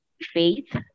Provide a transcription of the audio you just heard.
faith